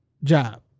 Job